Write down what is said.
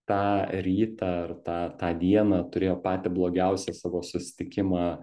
tą rytą ar tą tą dieną turėjo patį blogiausią savo susitikimą